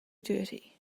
dirty